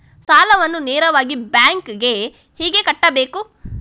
ಸಾಲವನ್ನು ನೇರವಾಗಿ ಬ್ಯಾಂಕ್ ಗೆ ಹೇಗೆ ಕಟ್ಟಬೇಕು?